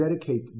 dedicate